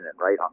right